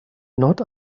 not